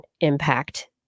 impact